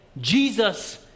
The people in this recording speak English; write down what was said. Jesus